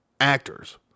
Actors